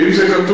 ואם זה כתוב,